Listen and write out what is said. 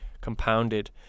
compounded